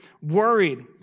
worried